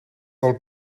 del